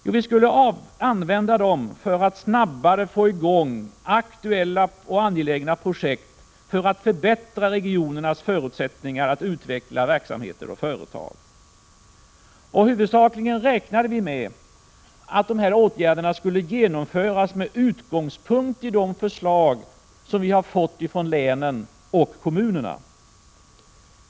Jo, vi skulle använda dem för att snabbare få i gång aktuella och angelägna projekt för att förbättra regionernas förutsättningar att utveckla verksamheter och företag. Vi räknade med att dessa åtgärder huvudsakligen skulle genomföras med utgångspunkt i de förslag som vi har fått från länen och kommunerna.